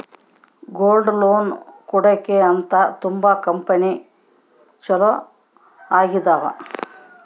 gold loan ಕೊಡಕ್ಕೆ ಅಂತ ತುಂಬಾ ಕಂಪೆನಿ ಚಾಲೂ ಆಗಿದಾವ